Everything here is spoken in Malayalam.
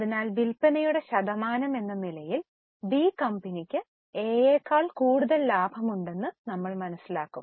അതിനാൽ വിൽപ്പനയുടെ ശതമാനമെന്ന നിലയിൽ ബി കമ്പനിയ്ക്ക് എയേക്കാൾ കൂടുതൽ ലാഭമുണ്ടെന്ന് ഞങ്ങൾ മനസ്സിലാക്കും